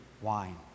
wine